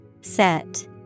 Set